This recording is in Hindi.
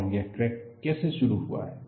और यह क्रैक कैसे शुरू हुआ है